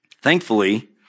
Thankfully